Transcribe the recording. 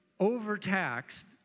overtaxed